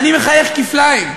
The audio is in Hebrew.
אני מחייך כפליים.